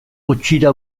gutxira